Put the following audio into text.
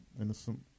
innocent